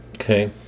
Okay